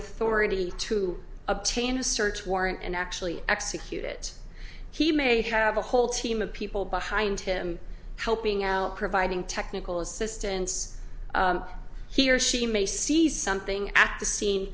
authority to obtain a search warrant and actually execute it he may have a whole team of people behind him helping out providing technical assistance he or she may see something at the scene